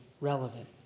relevant